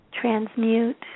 transmute